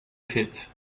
pit